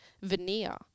veneer